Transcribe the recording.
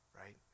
right